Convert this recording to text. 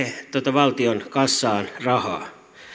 valtion kassaan rahaa